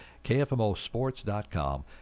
KFMOSports.com